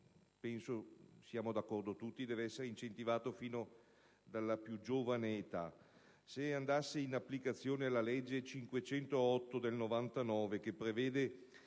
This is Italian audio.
siamo tutti d'accordo - devono essere incentivati sin dalla più giovane età. Se andasse in applicazione la legge n. 508 del 1999, che prevede